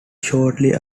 shortly